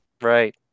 Right